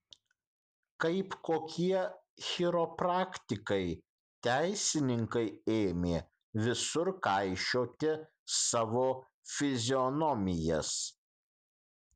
kaip kokie chiropraktikai teisininkai ėmė visur kaišioti savo fizionomijas